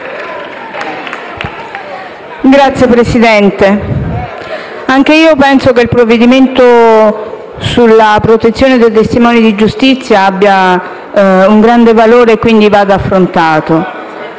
Signor Presidente, anch'io penso che il provvedimento sulla protezione dei testimoni di giustizia abbia un grande valore e vada, quindi, affrontato.